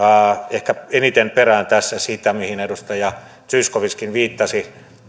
ehkä eniten perään tässä sitä mihin edustaja zyskowiczkin viittasi